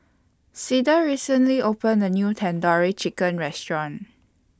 Cleda recently opened A New Tandoori Chicken Restaurant